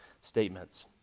statements